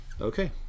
Okay